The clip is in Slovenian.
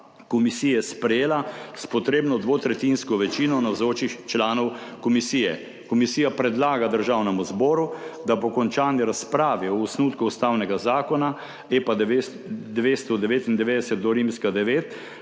komisije sprejela s potrebno dvotretjinsko večino navzočih članov komisije. Komisija predlaga Državnemu zboru, da po končani razpravi o osnutku ustavnega zakona, EPA 299-IX, glasuje